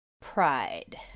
Pride